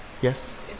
Yes